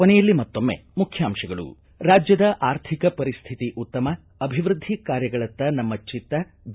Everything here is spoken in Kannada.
ಕೊನೆಯಲ್ಲಿ ಮತ್ತೊಮ್ಮೆ ಮುಖ್ಯಾಂಶಗಳು ರಾಜ್ಯದ ಆರ್ಥಿಕ ಪರಿಸ್ಥಿತಿ ಉತ್ತಮ ಅಭಿವೃದ್ಧಿ ಕಾರ್ಯಗಳತ್ತ ನಮ್ಮ ಚಿತ್ತ ಬಿ